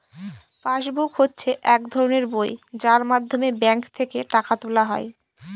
pass book হচ্ছে এক ধরনের বই যার মাধ্যমে ব্যাঙ্ক থেকে টাকা তোলা হয়